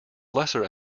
lesser